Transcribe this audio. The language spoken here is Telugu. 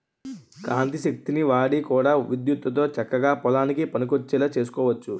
కాంతి శక్తిని వాడి కూడా విద్యుత్తుతో చక్కగా పొలానికి పనికొచ్చేలా సేసుకోవచ్చు